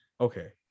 okay